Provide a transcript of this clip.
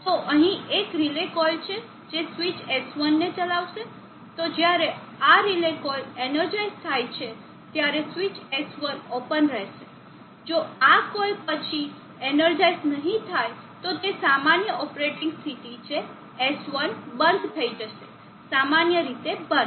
તો અહીં એક રિલે કોઇલ છે જે સ્વિચ S1 ને ચલાવશે તો જ્યારે આ રિલે કોઇલ એનર્જાઇસ થાય છે ત્યારે સ્વીચ S1 ઓપન રહેશે જો આ કોઇલ પછી એનર્જાઇસ નહીં થાય તો તે સામાન્ય ઓપરેટિંગ સ્થિતિ છે S1 બંધ થઈ જશે સામાન્ય રીતે બંધ